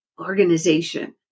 organization